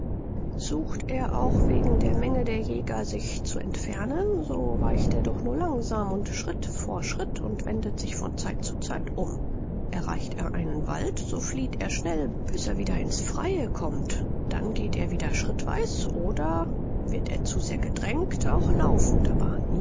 sucht er auch wegen der menge der jäger sich zu entfernen so weicht er doch nur langsam und schritt vor schritt und wendet sich von zeit zu zeit um erreicht er einen wald so flieht er schnell bis er wieder ins freie kommt dann geht er wieder schrittweis oder wird er zu sehr gedrängt auch laufend aber